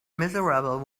miserable